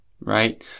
right